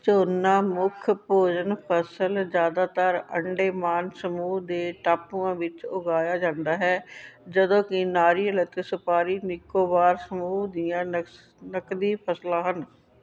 ਝੋਨਾ ਮੁੱਖ ਭੋਜਨ ਫਸਲ ਜ਼ਿਆਦਾਤਰ ਅੰਡੇਮਾਨ ਸਮੂਹ ਦੇ ਟਾਪੂਆਂ ਵਿੱਚ ਉਗਾਇਆ ਜਾਂਦਾ ਹੈ ਜਦੋਂ ਕਿ ਨਾਰੀਅਲ ਅਤੇ ਸੁਪਾਰੀ ਨਿਕੋਬਾਰ ਸਮੂਹ ਦੀਆਂ ਨਕਸ਼ ਨਕਦੀ ਫਸਲਾਂ ਹਨ